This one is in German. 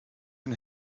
den